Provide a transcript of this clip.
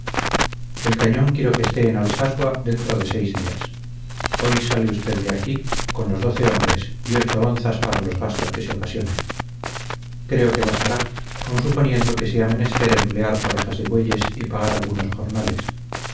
el cañón quiero que esté en alsasua dentro de seis días hoy sale usted de aquí con los doce hombres y ocho onzas para los gastos que se ocasionen creo que bastará aun suponiendo que sea menester emplear parejas de bueyes y pagar algunos jornales